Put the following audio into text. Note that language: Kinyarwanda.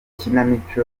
kinamico